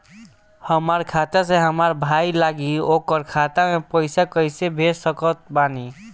हमार खाता से हमार भाई लगे ओकर खाता मे पईसा कईसे भेज सकत बानी?